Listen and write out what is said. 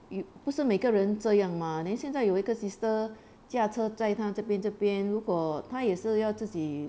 有不是每个人这样吗 then 现在有一个 sister 驾车载他这边这边如果他也是要自己